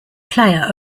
playa